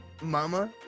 mama